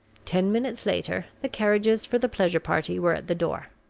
ten minutes later, the carriages for the pleasure party were at the door.